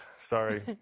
Sorry